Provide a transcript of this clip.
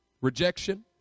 rejection